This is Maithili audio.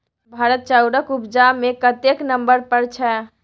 भारत चाउरक उपजा मे कतेक नंबर पर छै?